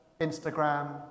Instagram